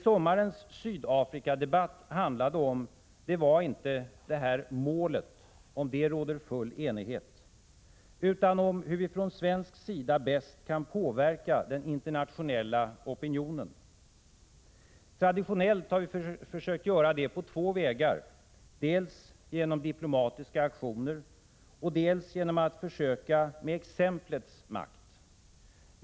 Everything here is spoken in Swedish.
Sommarens Sydafrikadebatt handlade inte om det målet — om det råder full enighet — utan om hur vi från svensk sida bäst kan påverka den internationella opinionen. Traditionellt har vi försökt göra det på två vägar, dels genom diplomatiska aktioner, dels genom att försöka med exemplets makt.